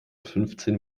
fünfzehn